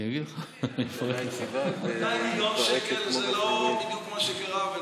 200 מיליון שקל זה לא בדיוק מה שקרה.